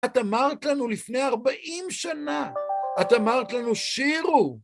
את אמרת לנו לפני ארבעים שנה, את אמרת לנו שירו